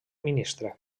ministre